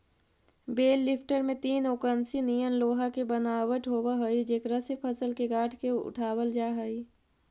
बेल lifter में तीन ओंकसी निअन लोहा के बनावट होवऽ हई जेकरा से फसल के गाँठ के उठावल जा हई